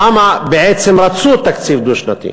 למה בעצם רצו תקציב דו-שנתי?